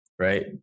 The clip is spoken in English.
Right